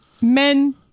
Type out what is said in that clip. Men